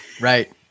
right